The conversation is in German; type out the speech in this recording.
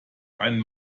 einen